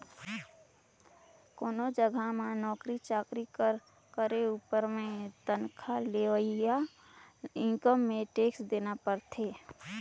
कोनो जगहा में नउकरी चाकरी कर करे उपर में तनखा ले होवइया इनकम में टेक्स देना परथे